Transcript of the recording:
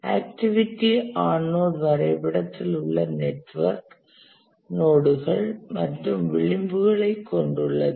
activity on node வரைபடத்தில் உள்ள network நோடுகள் மற்றும் விளிம்புகளைக் கொண்டுள்ளது